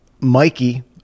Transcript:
Mikey